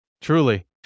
Truly